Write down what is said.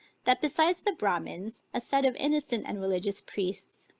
that besides the bramins, a set of innocent and religious priests,